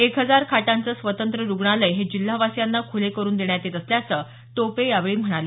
एक हजार खाटांचे स्वतंत्र रूग्णालय हे जिल्हा वासियांना खुले करून देण्यात येत असल्याचं टोपे म्हणाले